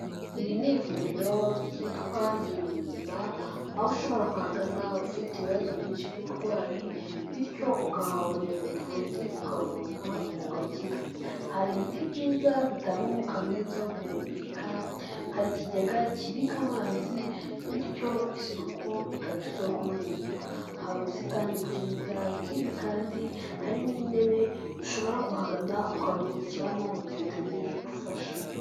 Iri ni ivuriro ryitwa gira ubuzima aho ushobora kuhagana ufite ibibazo byinshi by'uburwayi bityo ukahabonera ubuvuzi ukavurwa ugakira. Hari ibiti byiza bitanga umwuka mwiza wo guhumeka, hari ikigega kibika amazi bityo isuku ikaba isoko y'ubuzima. Hari ubusitani bwiza ikindi kandi hari n'intebe ushobora kuhagana ukaruhukiramo mu gihe utegereje ubufasha.